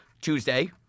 Tuesday